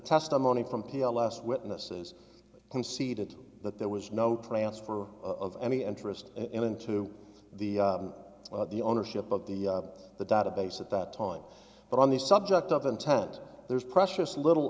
testimony from p l s witnesses conceded that there was no transfer of any interest in into the ownership of the the database at that time but on the subject of intent there's precious little